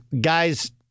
guys